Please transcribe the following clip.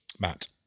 Matt